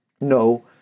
No